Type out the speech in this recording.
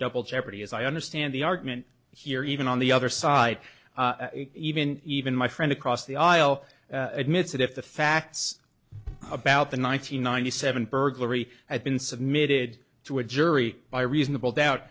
double jeopardy as i understand the argument here even on the other side even even my friend across the aisle admits that if the facts about the nine hundred ninety seven burglary had been submitted to a jury by reasonable doubt